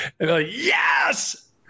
Yes